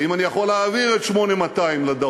האם אני יכול להעביר את 8200 לדרום?